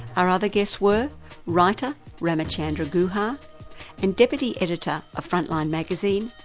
our other guests were writer ramachandra guha and deputy editor of frontline magazine,